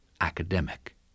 academic